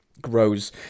grows